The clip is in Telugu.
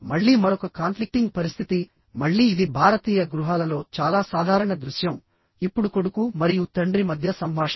మళ్ళీ మరొక కాన్ఫ్లిక్టింగ్ పరిస్థితి మళ్ళీ ఇది భారతీయ గృహాలలో చాలా సాధారణ దృశ్యం ఇప్పుడు కొడుకు మరియు తండ్రి మధ్య సంభాషణ